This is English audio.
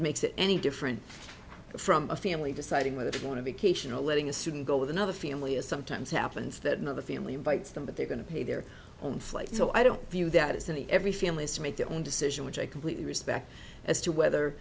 makes it any different from a family deciding whether they want to be cation or letting a student go with another family as sometimes happens that another family invites them but they're going to pay their own flight so i don't view that as any every family is to make their own decision which i completely respect as to whether